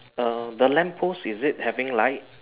err the lamppost is it having light